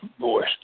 voice